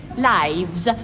lives.